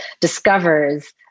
discovers